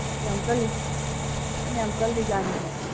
ꯏꯁ ꯌꯥꯝ ꯀꯜꯂꯤ ꯅꯪ ꯌꯥꯝ ꯀꯜꯂꯤ ꯖꯥꯠꯅꯤꯅꯦ